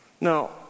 Now